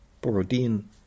Borodin